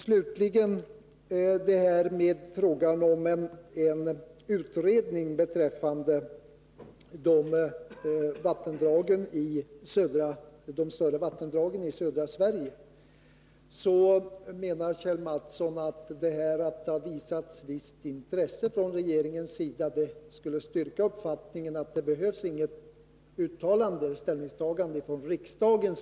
Slutligen till frågan om en utredning beträffande de större vattendragen i södra Sverige. Här menar Kjell Mattsson att det faktum att visst intresse har - visats från regeringens sida skulle styrka uppfattningen att det inte behövs något ställningstagande av riksdagen.